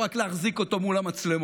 לא רק להחזיק אותו מול המצלמות: